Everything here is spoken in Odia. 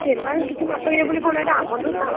ସେମାନେ କିଛି ନ କରିବେ ବୋଲି କ'ଣ ଏଇଟା ଆମ ଦୋଷ